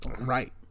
right